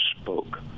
spoke